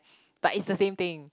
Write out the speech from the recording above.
but it's the same thing